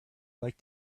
like